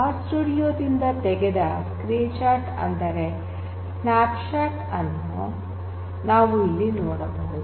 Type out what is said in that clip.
R studio ದಿಂದ ತೆಗೆದ screen shot ಅಂದರೆ ಸ್ನ್ಯಾಪ್ಶಾಟ್ ಅನ್ನು ನಾವು ಇಲ್ಲಿ ನೋಡಬಹುದು